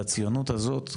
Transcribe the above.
לציונות הזאת,